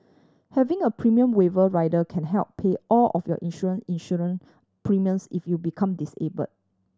having a premium waiver rider can help pay all of your insurance insurance premiums if you become disabled